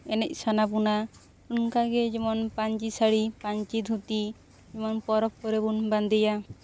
ᱮᱱᱮᱡ ᱥᱟᱱᱟ ᱵᱚᱱᱟ ᱚᱱᱠᱟ ᱡᱮᱢᱚᱱ ᱯᱟᱹᱧᱪᱤ ᱥᱟᱹᱲᱤ ᱯᱟᱹᱧᱪᱤ ᱫᱷᱩᱛᱤ ᱡᱮᱢᱚᱱ ᱯᱚᱨᱚᱵᱽ ᱠᱚᱨᱮ ᱵᱚᱱ ᱵᱟᱸᱫᱮᱭᱟ